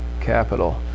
capital